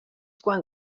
quan